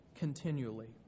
continually